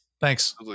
Thanks